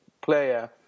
player